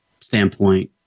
standpoint